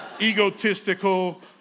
Egotistical